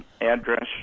address